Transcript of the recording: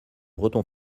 breton